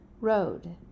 road